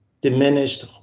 diminished